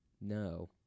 no